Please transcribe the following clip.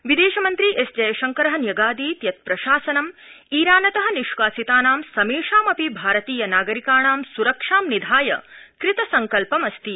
विदेशमन्त्री विदेशमन्त्री एस जयशंकर न्यगादीत् यत् प्रशासनं ईरानत निष्कासितानां समेषामपि भारतीय नागरिकाणां सुरक्षाम् निधाय कृतसंकल्पमस्ति